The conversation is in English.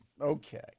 Okay